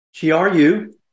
GRU